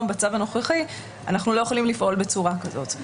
בצו הנוכחי הם לא יכולים לפעול בצורה כזאת.